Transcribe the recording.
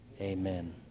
amen